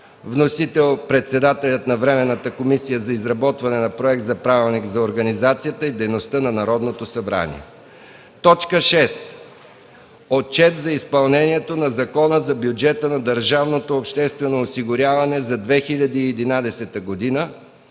Вносител: председателят на Временната комисия за изработване на Проект за Правилник за организацията и дейността на Народното събрание. 6. Отчет за изпълнението на Закона за бюджета на държавното обществено осигуряване за 2011 г.